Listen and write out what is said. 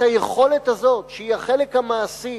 את היכולת הזאת, שהיא החלק המעשי,